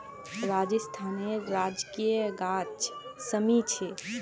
राजस्थानेर राजकीय गाछ शमी छे